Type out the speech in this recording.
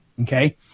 okay